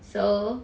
so